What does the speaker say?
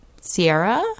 Sierra